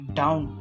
down